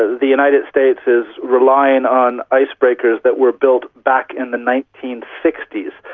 ah the united states is relying on icebreakers that were built back in the nineteen sixty s,